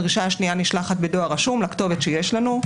הדרישה השנייה נשלחת בדואר רשום לכתובת שיש לנו.